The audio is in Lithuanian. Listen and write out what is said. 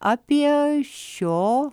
apie šio